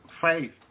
faith